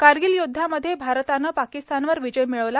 कारगिल युद्धामध्ये भारतानं पाकिस्तानवर विजय मिळविला